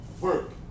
work